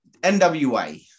NWA